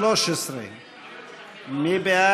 הסתייגות מס' 13. מי בעד?